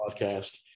podcast